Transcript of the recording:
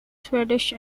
swedish